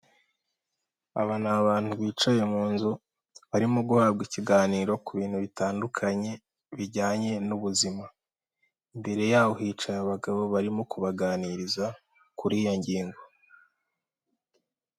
Aba ni abantu bicaye mu nzu barimo guhabwa ikiganiro, ku bintu bitandukanye bijyanye n'ubuzima imbere yaho hicaye abagabo barimo kubaganiriza kuri iyo ngingo.